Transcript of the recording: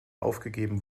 aufgegeben